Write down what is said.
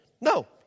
No